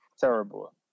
Terrible